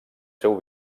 seu